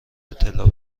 اطلاع